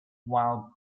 while